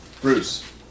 Bruce